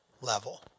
level